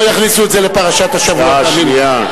לא יכניסו את זה לפרשת השבוע, תאמין לי.